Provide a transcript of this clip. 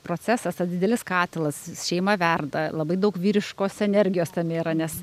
procesas tad didelis katilas šeima verda labai daug vyriškos energijos tame yra nes